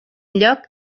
lloc